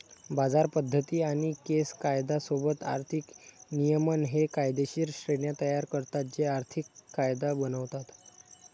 बाजार पद्धती आणि केस कायदा सोबत आर्थिक नियमन हे कायदेशीर श्रेण्या तयार करतात जे आर्थिक कायदा बनवतात